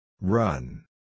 Run